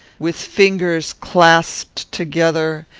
with fingers clasped together,